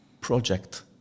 project